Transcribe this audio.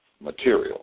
material